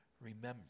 Remember